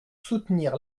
soutenir